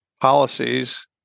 policies